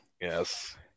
Yes